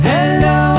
Hello